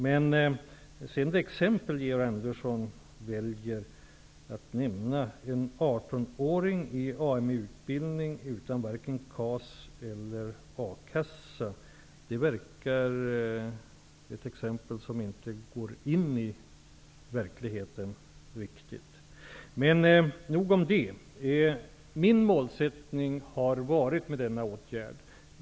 Georg Andersson väljer att nämna ett exempel med en 18-åring i AMU-utbildning utan varken KAS eller A-kassa. Det verkar vara ett exempel som inte riktigt går in i verkligheten. Nog om det.